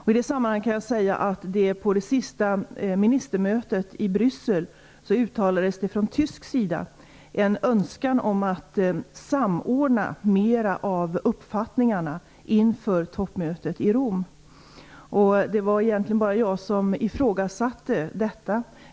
I det sammanhanget kan jag säga att det vid det senaste ministermötet i Bryssel uttalades från tysk sida en önskan om att samordna mera av uppfattningarna inför toppmötet i Rom. Det var egentligen bara jag som ifrågasatte detta.